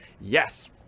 yes